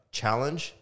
challenge